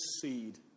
seed